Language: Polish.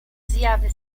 zjawy